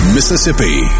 Mississippi